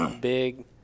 big